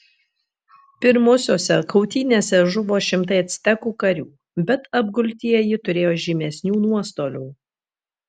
pirmosiose kautynėse žuvo šimtai actekų karių bet apgultieji turėjo žymesnių nuostolių